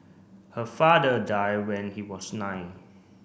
her father die when he was nine